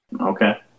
Okay